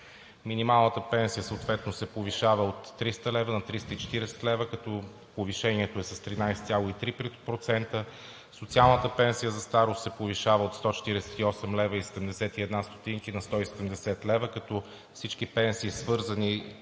Минималната пенсия съответно се повишава от 300 лв. на 340 лв., като повишението е с 13,3%. Социалната пенсия за старост се повишава от 148,71 лв. на 170 лв., като всички пенсии, които